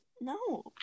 No